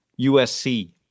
USC